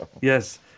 Yes